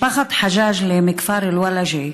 משפחת חג'אג'לה מכפר אל-ולג'ה,